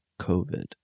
COVID